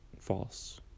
false